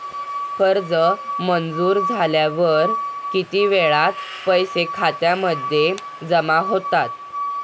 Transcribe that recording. कर्ज मंजूर झाल्यावर किती वेळात पैसे खात्यामध्ये जमा होतात?